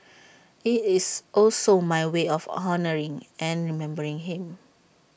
IT is also my way of honouring and remembering him